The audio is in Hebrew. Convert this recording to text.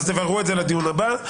אז תבררו את זה לדיון הבא.